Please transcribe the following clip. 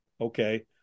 Okay